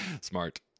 Smart